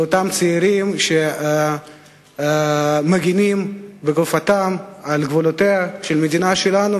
לאותם צעירים שמגינים בגופם על גבולותיה של המדינה שלנו,